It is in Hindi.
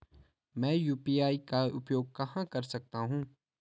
मैं यू.पी.आई का उपयोग कहां कर सकता हूं?